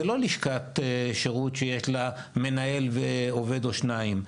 זה לא לשכת שירות שיש לה מנהל ועובד או שניים.